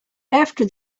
after